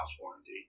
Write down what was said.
warranty